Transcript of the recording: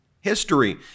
history